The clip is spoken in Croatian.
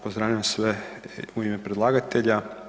Pozdravljam sve u ime predlagatelja.